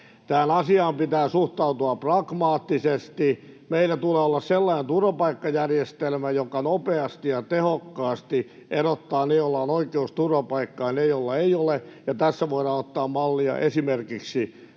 Tähän asiaan pitää suhtautua pragmaattisesti: Meillä tulee olla sellainen turvapaikkajärjestelmä, joka nopeasti ja tehokkaasti erottaa ne, joilla on oikeus turvapaikkaan, niistä, joilla ei ole, ja tässä voidaan ottaa mallia esimerkiksi